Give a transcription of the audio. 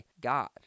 God